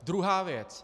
Druhá věc.